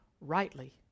rightly